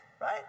right